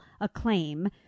acclaim